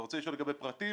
אתה רוצה לשאול לגבי פרטים,